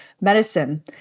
medicine